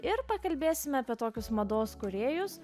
ir pakalbėsime apie tokius mados kūrėjus